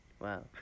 Wow